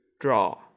draw